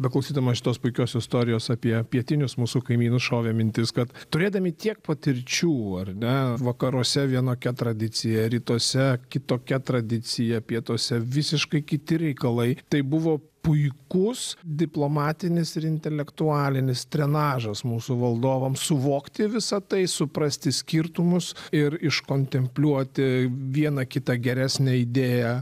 beklausydamas šitos puikios istorijos apie pietinius mūsų kaimynus šovė mintis kad turėdami tiek patirčių ar ne vakaruose vienokia tradicija rytuose kitokia tradicija pietuose visiškai kiti reikalai tai buvo puikus diplomatinis ir intelektualinis trenažas mūsų valdovams suvokti visa tai suprasti skirtumus ir iškontempliuoti vieną kitą geresnę idėją